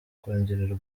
kongererwa